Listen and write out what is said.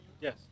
Yes